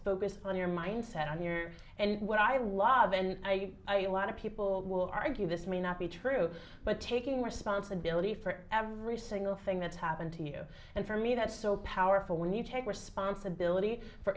focus on your mindset on your and what i lov and i a lot of people will argue this may not be true but taking responsibility for every single thing that's happened to you and for me that's so powerful when you take responsibility for